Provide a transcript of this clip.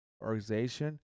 organization